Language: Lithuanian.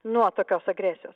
nuo tokios agresijos